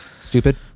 stupid